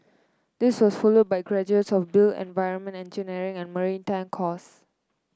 this was followed by graduates of built environment engineering and maritime course